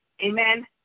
amen